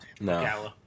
No